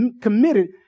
committed